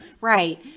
Right